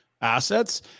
Assets